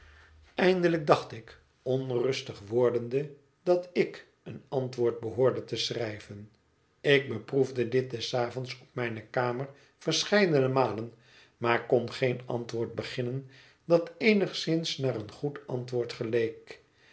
eindelijk dacht ik onrustig wordende dat ik een antwoord behoorde te schrijven ik beproefde dit des avonds op mijne kamer verscheidene malen maar kon geen antwoord beginnen dat eenigszins naar een goed antwoord geleek